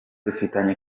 dufitanye